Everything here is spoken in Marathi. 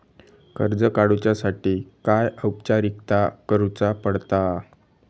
कर्ज काडुच्यासाठी काय औपचारिकता करुचा पडता?